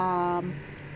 um